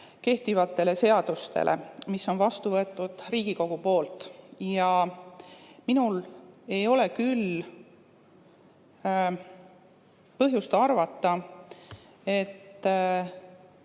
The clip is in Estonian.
kehtivatele seadustele, mis on vastu võetud Riigikogu poolt. Minul ei ole küll põhjust arvata, et